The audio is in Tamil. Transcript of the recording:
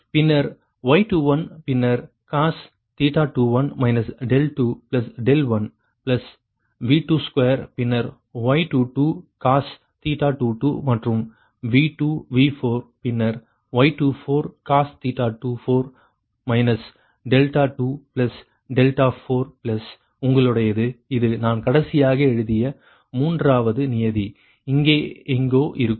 பின்னர் Y21 பின்னர் 21 21 V22 பின்னர் Y22 cos மற்றும் V2 V4 பின்னர் Y24 24 24 பிளஸ் உங்களுடையது இது நான் கடைசியாக எழுதிய மூன்றாவது நியதி இங்கே எங்கோ இருக்கும்